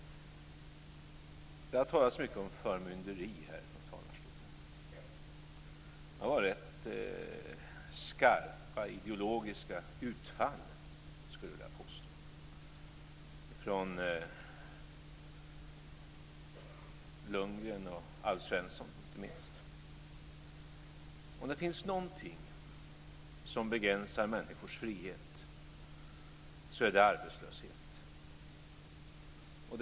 Det har talats mycket om förmynderi härifrån talarstolen. Det har varit ganska skarpa, ideologiska utfall, skulle jag vilja påstå, inte minst från Bo Lundgren och Alf Svensson. Om det finns någonting som begränsar människors frihet så är det arbetslöshet.